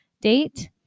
date